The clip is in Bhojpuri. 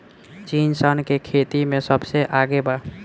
चीन सन के खेती में सबसे आगे बा